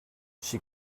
she